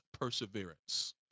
perseverance